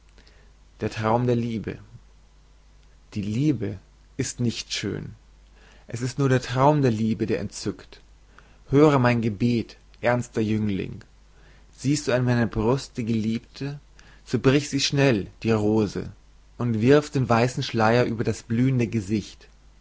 der traum der liebe die liebe ist nicht schön es ist nur der traum der liebe der entzückt höre mein gebet ernster jüngling siehst du an meiner brust die geliebte o so brich sie schnell die rose und wirf den weißen schleier über das blühende gesicht